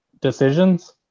decisions